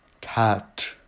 Cat